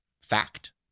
Fact